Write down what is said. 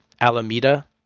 alameda